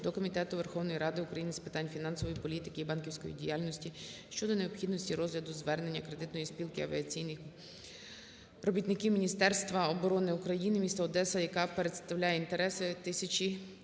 до Комітету Верховної Ради України з питань фінансової політики і банківської діяльності щодо необхідності розгляду звернення Кредитної спілки "Авіаційних робітників Міністерства оборони України" міста Одеса, яка представляє інтереси 1 тисячі